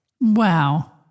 Wow